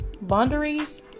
Boundaries